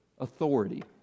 authority